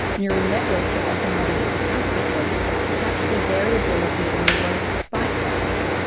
neural networks are often modelled stochastically to capture the variability in neuronal spike firing,